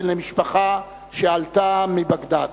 בן למשפחה שעלתה מבגדד.